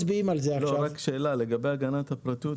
שאלה לגבי הגנת הפרטיות.